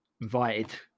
invited